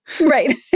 Right